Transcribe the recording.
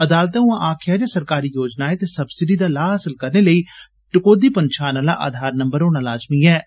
अदालतै उआं आक्खेआ ऐ जे सरकारी योजनाए ते सबसिडी दा लाह हासल करने लेई टकोहदी पंछान आला आधार नम्बर होना लाज़मी होग